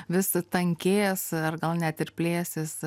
vis tankės ar gal net ir plėsis